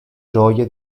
gioia